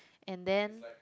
and then